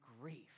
grief